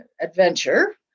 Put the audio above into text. adventure